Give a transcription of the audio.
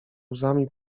łzami